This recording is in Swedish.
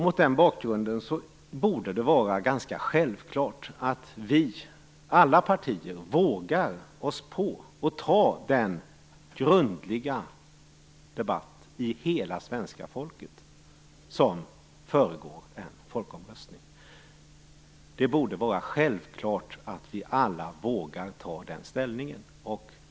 Mot den bakgrunden borde det vara ganska självklart att vi i alla partier vågar oss på att ta den grundliga debatt med hela det svenska folket som föregår en folkomröstning. Det borde vara självklart att vi alla vågade ta ställning för detta.